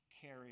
carry